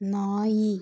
ನಾಯಿ